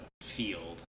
field